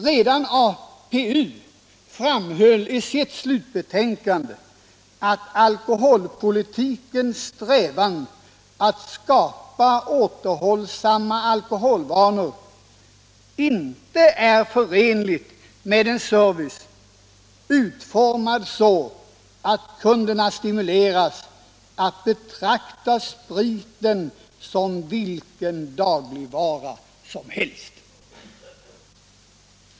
Redan APU framhöll i sitt slutbetänkande att strävandet inom alkoholpolitiken att skapa återhållsamhet vid alkoholbruk inte är förenligt med en service, utformad så, att kunderna stimuleras att betrakta spriten som vilken dagligvara som helst.